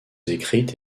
écrites